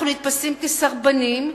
אנחנו נתפסים כסרבנים,